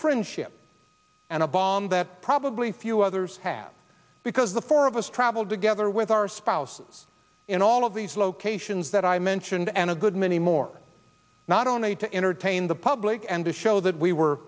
friendship and a bond that probably few others had because the four of us traveled together with our spouses in all of these locations that i mentioned and a good many more not only to entertain the public and to show that we were